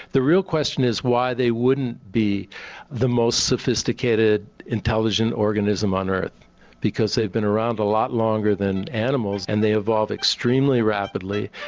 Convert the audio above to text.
the real question is why they wouldn't be the most sophisticated intelligent organism on earth because they've been around a lot longer than animals, and they have evolved extremely rapidly,